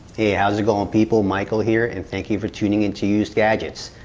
hey how's it going people, michael here and thank you for tuning into used gadgets.